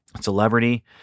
celebrity